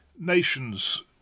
nations